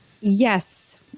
Yes